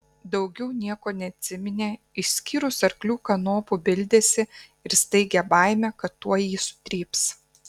daugiau nieko neatsiminė išskyrus arklių kanopų bildesį ir staigią baimę kad tuoj jį sutryps